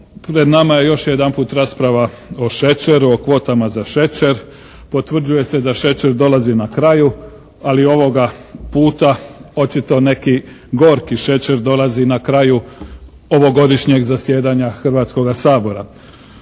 pred nama je još jedanput rasprava o šećeru, o kvotama za šećer, potvrđuje se da šećer dolazi na kraju, ali ovoga puta očito neki gorki šećer dolazi na kraju ovogodišnjeg zasjedanja Hrvatskoga sabora.